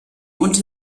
und